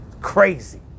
Crazy